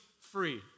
free